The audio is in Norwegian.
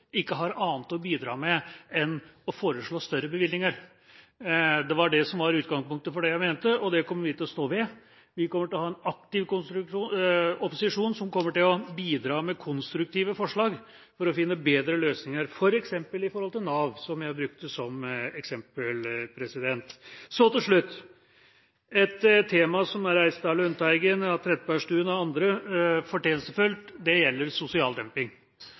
ikke har annet å bidra med enn å foreslå større bevilgninger. Det var det som var utgangspunktet for det jeg mente, og det kommer vi til å stå ved. Vi kommer til å være en aktiv opposisjon som vil bidra med konstruktive forslag for å finne bedre løsninger, bl.a. i forhold til Nav, som jeg brukte som eksempel. Så til slutt et tema som fortjenstfullt er reist av Lundteigen, av Trettebergstuen og av andre. Det gjelder sosial dumping.